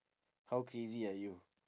how crazy are you